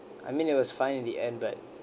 I mean it was fine in the end but